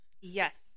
Yes